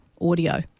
audio